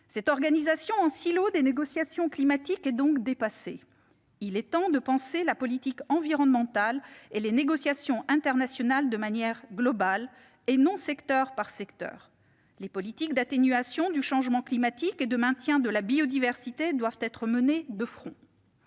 Cette organisation en silos des négociations climatiques est donc dépassée. Il est temps de penser la politique environnementale et les négociations internationales de manière globale, et non secteur par secteur. Les politiques d'atténuation du changement climatique et de maintien de la biodiversité doivent être menées de front.